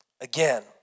again